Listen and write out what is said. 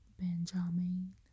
Benjamin